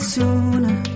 sooner